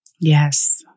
Yes